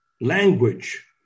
language